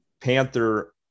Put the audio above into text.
Panther